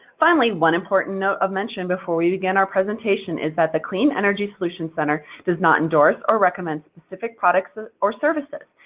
finally, one important note of mention before we begin our presentation is that the clean energy solutions center does not endorse or recommend specific products and or services.